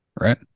right